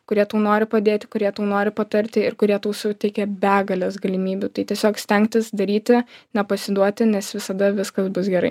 kurie tau nori padėti kurie tau nori patarti ir kurie tau suteikia begales galimybių tai tiesiog stengtis daryti nepasiduoti nes visada viskas bus gerai